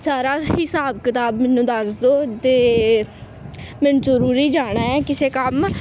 ਸਾਰਾ ਹਿਸਾਬ ਕਿਤਾਬ ਮੈਨੂੰ ਦੱਸ ਦੋ ਅਤੇ ਮੈਨੂੰ ਜ਼ਰੂਰੀ ਜਾਣਾ ਕਿਸੇ ਕੰਮ